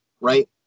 right